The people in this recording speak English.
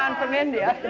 um from india?